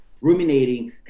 ruminating